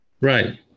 Right